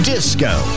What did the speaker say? Disco